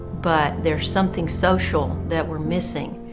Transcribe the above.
but there's something social that we're missing.